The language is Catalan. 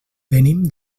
venim